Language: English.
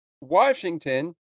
Washington